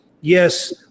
yes